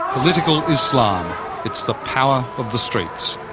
political islam it's the power of the streets.